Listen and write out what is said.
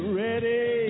ready